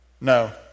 No